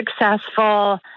successful